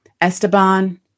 Esteban